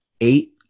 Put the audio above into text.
eight